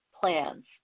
plans